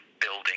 building